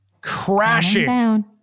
Crashing